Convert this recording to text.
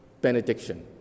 Benediction